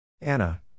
Anna